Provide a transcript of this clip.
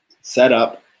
setup